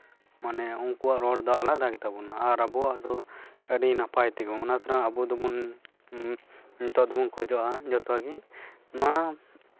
ᱢᱟᱱᱮ ᱩᱱᱠᱩᱣᱟᱜ ᱨᱚᱲ ᱫᱚ ᱟᱞᱟᱫᱟ ᱜᱮᱛᱟ ᱵᱚᱱᱟ ᱟᱨ ᱟᱵᱚᱣᱟᱜ ᱫᱚ ᱟᱹᱰᱤ ᱱᱟᱯᱟᱭ ᱛᱮᱜᱮ ᱵᱚᱱ ᱚᱱᱟ ᱛᱷᱚᱲᱟ ᱟᱵᱚ ᱫᱚᱵᱚᱱ ᱱᱤᱛᱚᱜ ᱫᱚᱵᱚᱱ ᱠᱷᱚᱡᱚᱜᱼᱟ ᱡᱚᱛᱚᱜᱮ ᱱᱚᱣᱟ